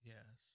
Yes